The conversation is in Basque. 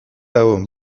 lagun